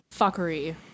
fuckery